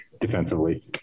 defensively